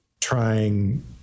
trying